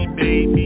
baby